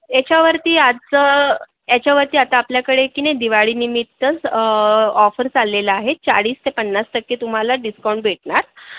याच्यावरती आजचं याच्यावरती आता आपल्याकडे की नाही दिवाळीनिमित्त ऑफर चाललेला आहे चाळीस ते पन्नास टक्के तुम्हाला डिस्काउंट भेटणार